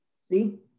See